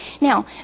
Now